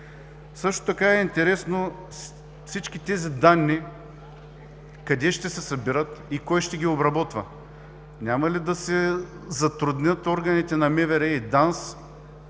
Също така е интересно всички тези данни къде ще се съберат и кой ще ги обработва?! Няма ли да се затруднят органите на МВР и ДАНС